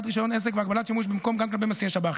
רישיון עסק והגבלת שימוש במקום גם כלפי מסיעי שב"חים,